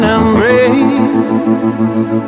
embrace